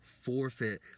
forfeit